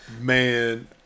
man